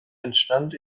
entstand